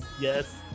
yes